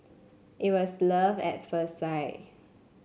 it was love at first sight